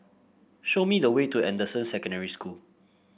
show me the way to Anderson Secondary School